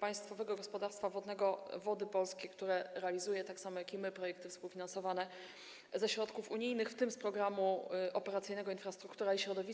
Państwowego Gospodarstwa Wodnego Wody Polskie, które realizuje, tak samo jak my, projekty współfinansowane ze środków unijnych, w tym z Programu Operacyjnego „Infrastruktura i środowisko”